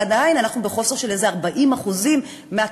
אבל עדיין אנחנו בחוסר של איזה 40% מהתקינה